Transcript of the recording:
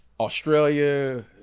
Australia